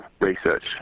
research